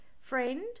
Friend